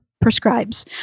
prescribes